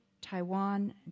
Taiwan